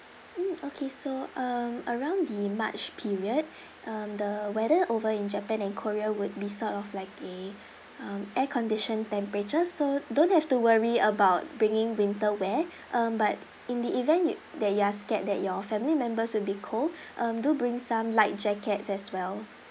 mm okay so um around the march period um the weather over in japan and korea would be sort of like a um air conditioned temperature so don't have to worry about bringing winter wear um but in the event y~ that you are scared that your family members will be cold um do bring some light jackets as well